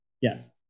Yes